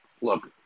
Look